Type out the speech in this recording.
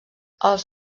els